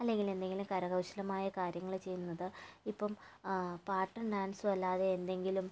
അല്ലെങ്കിൽ എന്തെങ്കിലും കരകൗശലമായ കാര്യങ്ങള് ചെയ്യുന്നത് ഇപ്പം പാട്ടും ഡാൻസും അല്ലാതെ എന്തെങ്കിലും